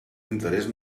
interés